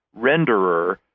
renderer